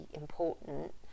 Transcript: important